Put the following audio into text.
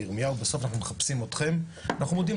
בירמיהו,